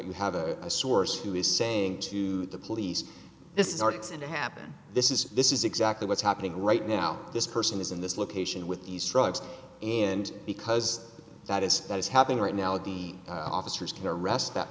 you have a source who is saying to the police this is arcsin to happen this is this is exactly what's happening right now this person is in this location with these drugs and because that is that is happening right now the officers can arrest that